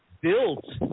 built